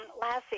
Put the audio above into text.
Lassie